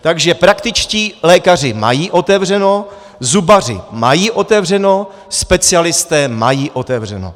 Takže praktičtí lékaři mají otevřeno, zubaři mají otevřeno, specialisté mají otevřeno.